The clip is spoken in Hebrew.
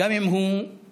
גם אם הוא ערבי,